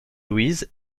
louise